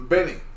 Benny